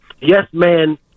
yes-man